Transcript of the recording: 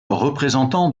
représentant